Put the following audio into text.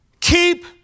keep